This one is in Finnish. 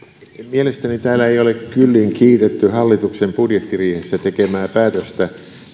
mielestäni täällä ei ole kyllin kiitetty hallituksen budjettiriihessä tekemää päätöstä